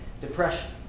depression